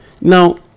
Now